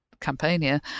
Campania